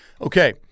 Okay